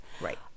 Right